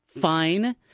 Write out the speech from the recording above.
fine